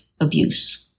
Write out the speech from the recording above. abuse